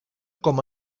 com